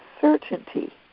certainty